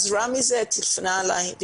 במדינות אחרות יש תוכניות מאוד מסודרות של מתי